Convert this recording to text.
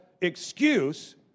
excuse